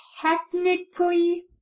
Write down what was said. technically